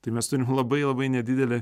tai mes turim labai labai nedidelį